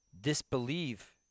disbelieve